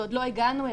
שעוד לא הגענו אליהן.